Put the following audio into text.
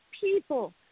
people